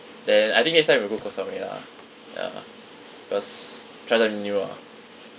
then I think next time we'll go koh samui lah ya cause try something new ah